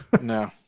no